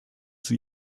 sie